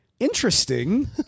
interesting